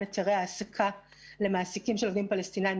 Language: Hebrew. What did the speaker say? היתרי העסקה למעסיקים של עובדים פלסטינים,